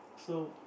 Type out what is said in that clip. so